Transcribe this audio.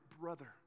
brother